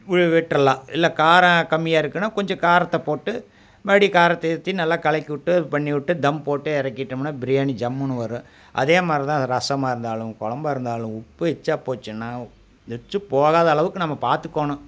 உய் விட்டுருலாம் இல்லை காரம் கம்மியாக இருக்குதுன்னா கொஞ்சம் காரத்தை போட்டு மறுபடி காரத்தை ஏற்றி நல்லா கலக்கி விட்டு இப் பண்ணி விட்டு தம் போட்டு இறக்கிட்டமுன்னா பிரியாணி ஜம்முனு வரும் அதே மாதிரி தான் ரசம்மாக இருந்தாலும் குழம்பா இருந்தாலும் உப்பு எக்ச்சா போச்சுன்னால் எக்ச்சா போகாத அளவுக்கு நம்ம பார்த்துக்கோணும்